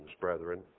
brethren